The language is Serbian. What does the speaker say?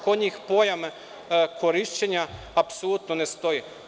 Kod njih pojam korišćenja apsolutno ne stoji.